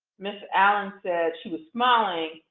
ms. allen says she was smiling,